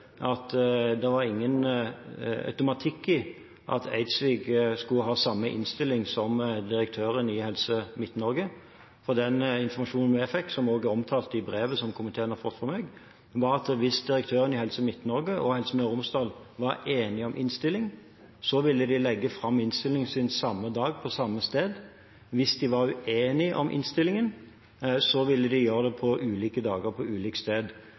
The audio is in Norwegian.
Eidsvik skulle ha samme innstilling som direktøren i Helse Midt-Norge. Og den informasjonen vi fikk – som også er omtalt i brevet som komiteen har fått fra meg – var at hvis direktøren i Helse Midt-Norge og direktøren i Helse Møre og Romsdal var enige om innstillingen, ville de legge fram innstillingen sin samme dag, på samme sted. Hvis de var uenige om innstillingen, ville de gjøre det på ulike dager og på